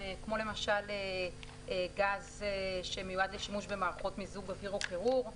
כמו למשל גז שמיועד לשימוש במערכת מיזוג אוויר או קירור,